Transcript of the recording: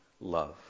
love